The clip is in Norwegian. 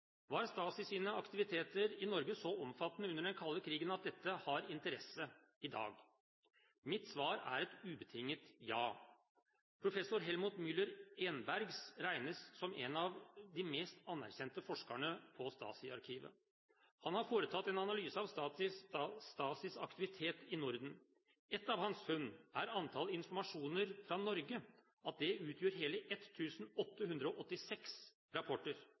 Var Stasis aktiviteter i Norge så omfattende under den kalde krigen at dette har interesse i dag? Mitt svar er et ubetinget ja. Professor Helmut Müller-Enbergs regnes som en av de mest anerkjente forskerne på Stasi-arkivet. Han har foretatt en analyse av Stasis aktiviteter i Norden. Et av hans funn er antall informasjoner fra Norge og at det